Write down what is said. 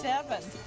seven.